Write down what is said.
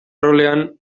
rolean